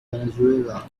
venezuela